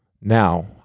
Now